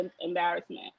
embarrassment